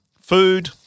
food